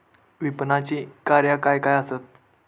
विपणनाची कार्या काय काय आसत?